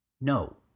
No